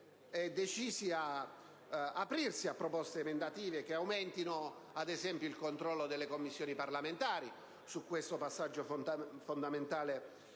cioè in Aula, a proposte emendative che aumentino, ad esempio, il controllo delle Commissioni parlamentari su questo passaggio fondamentale